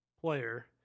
player